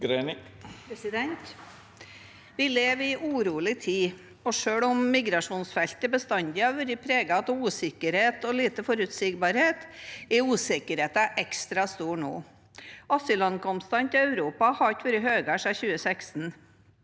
Vi lever i en urolig tid, og selv om migrasjonsfeltet bestandig har vært preget av usikkerhet og lite forutsigbarhet, er usikkerheten nå ekstra stor. Asylankomstene til Europa har ikke vært høyere siden 2016.